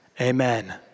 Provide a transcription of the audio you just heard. Amen